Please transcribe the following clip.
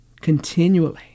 continually